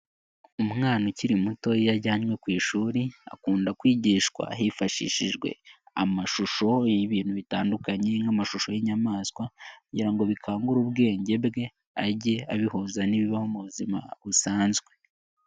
Umwana ukiri muto iya ajyanywe ku ishuri akunda kwigishwa hifashishijwe amashusho y'ibintu bitandukanye nk'amashusho y'inyamaswagira ngo bikangure ubwenge bwe ajye abihuza n'ibibaho mu buzima busanzwe.